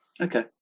okay